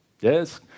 Yes